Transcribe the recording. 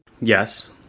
Yes